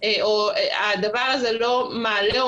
אבל אם אני בונה תקציב של 2021 --- הדבר הזה לא מעלה או